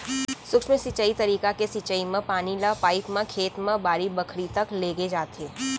सूक्ष्म सिंचई तरीका के सिंचई म पानी ल पाइप म खेत म बाड़ी बखरी तक लेगे जाथे